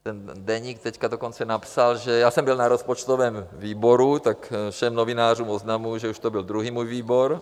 Ten deník teď dokonce napsal, že já jsem byl na rozpočtovém výboru, tak všem novinářům oznamuju, že už to byl druhý můj výbor.